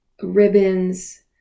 ribbons